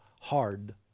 hard